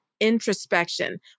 introspection